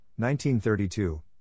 1932